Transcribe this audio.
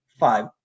Five